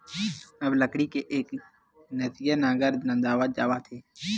अब लकड़ी के एकनसिया नांगर नंदावत जावत हे